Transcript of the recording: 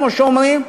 כמו שאומרים.